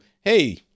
hey